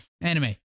Anime